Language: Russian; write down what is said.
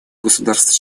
государств